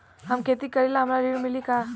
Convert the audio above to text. हम खेती करीले हमरा ऋण मिली का?